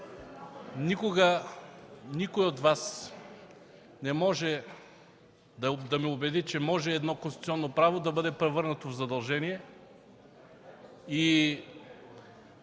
никога никой от Вас не може да ме убеди, че може едно конституционно право да бъде превърнато в задължение и